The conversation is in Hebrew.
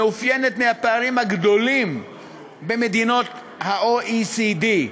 מתאפיינת בפערים מהגדולים במדינות ה-OECD.